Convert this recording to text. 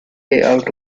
layout